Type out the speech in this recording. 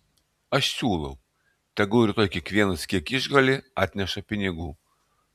aš siūlau tegul rytoj kiekvienas kiek išgali atneša pinigų